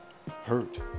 Hurt